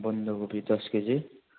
बन्दकोपी दस केजी